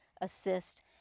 assist